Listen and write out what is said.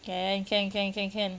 can can can can can